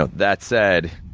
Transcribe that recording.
ah that said,